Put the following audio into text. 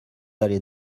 d’aller